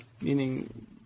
meaning